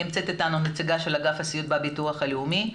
נמצאת אתנו נציגת אגף הסיעוד בביטוח הלאומי,